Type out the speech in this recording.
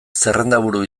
zerrendaburu